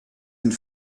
and